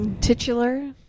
Titular